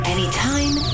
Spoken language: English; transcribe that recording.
Anytime